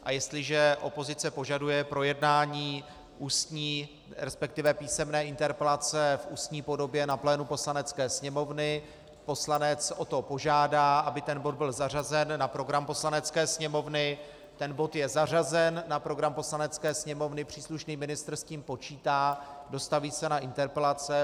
A jestliže opozice požaduje projednání ústní, resp. písemné interpelace v ústní podobě na plénu Poslanecké sněmovny, poslanec o to požádá, aby ten bod byl zařazen na program Poslanecké sněmovny, ten bod je zařazen na program Poslanecké sněmovny, příslušný ministr s tím počítá, dostaví se na interpelace.